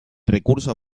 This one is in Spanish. recurso